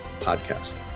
podcast